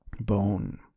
bone